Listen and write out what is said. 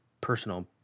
personal